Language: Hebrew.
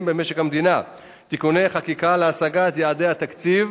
במשק המדינה (תיקוני חקיקה להשגת יעדי התקציב